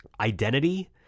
identity